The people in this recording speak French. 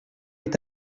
est